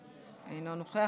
אינו נוכח,